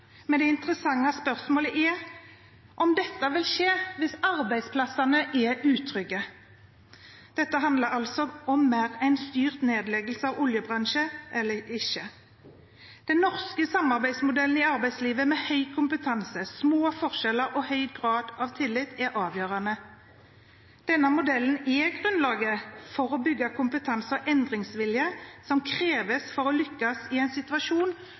men det interessante spørsmålet er om dette vil skje hvis arbeidsplassene er utrygge. Dette handler altså om mer enn styrt nedleggelse av oljebransjen eller ikke. Den norske samarbeidsmodellen i arbeidslivet, med høy kompetanse, små forskjeller og høy grad av tillit, er avgjørende. Denne modellen er grunnlaget for å bygge kompetanse og endringsvilje som kreves for å lykkes i en situasjon